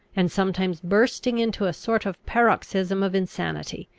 and sometimes bursting into a sort of paroxysm of insanity,